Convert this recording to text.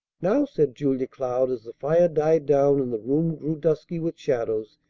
now, said julia cloud, as the fire died down and the room grew dusky with shadows,